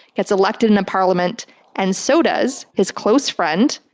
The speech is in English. gets elected into parliament and so does his close friend,